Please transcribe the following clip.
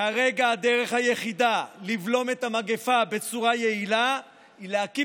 כרגע הדרך היחידה לבלום את המגפה בצורה יעילה היא להקים